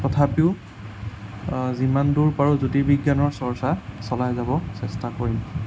তথাপিও যিমানদূৰ পাৰোঁ জ্যোতিৰ্বিজ্ঞানৰ চৰ্চা চলাই যাব চেষ্টা কৰিম